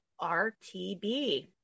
RTB